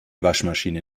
waschmaschine